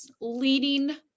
leading